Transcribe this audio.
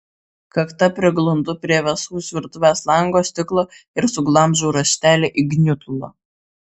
kakta priglundu prie vėsaus virtuvės lango stiklo ir suglamžau raštelį į gniutulą